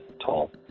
tall